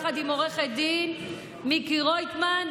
יחד עם עו"ד מיקי רויטמן,